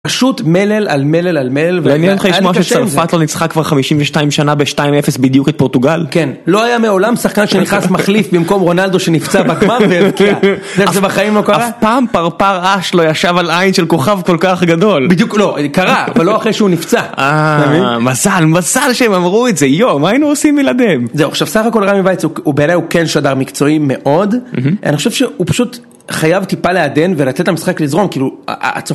פשוט מלל על מלל על מלל ו... ומעניין אותך לשמוע שצרפת לא ניצחה כבר 52 שנה ב-2-0 בדיוק את פורטוגל כן, לא היה מעולם שחקן שנכנס מחליף במקום רונלדו שנפצע בגמר ונפגע זה זה בחיים לא קרה? אף פעם פרפר עש לא ישב על עין של כוכב כל כך גדול בדיוק לא, קרה, אבל לא אחרי שהוא נפצע אה, מזל, מזל שהם אמרו את זה, יואו, מה היינו עושים מבלעדיהם? זהו, עכשיו סך הכל רמי וייץ, הוא בעיני כן שדר מקצועי מאוד אני חושב שהוא פשוט חייב טיפה לעדן ולצאת למשחק לזרום